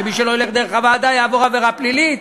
שמי שלא ילך דרך הוועדה יעבור עבירה פלילית.